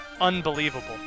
Unbelievable